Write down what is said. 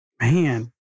Man